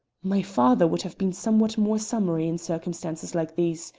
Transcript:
my father would have been somewhat more summary in circumstances like these,